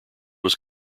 was